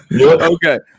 Okay